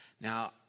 Now